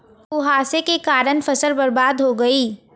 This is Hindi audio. कुहासे के कारण फसल बर्बाद हो गयी